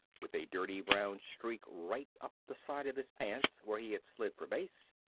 with a dirty brown streak right up the side of his pants where he had slid for base,